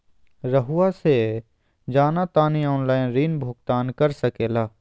रहुआ से जाना तानी ऑनलाइन ऋण भुगतान कर सके ला?